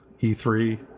E3